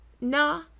Nah